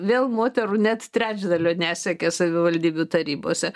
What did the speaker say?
vėl moterų net trečdalio nesiekia savivaldybių tarybose